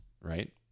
right